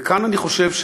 וכאן, אני מבין,